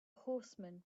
horseman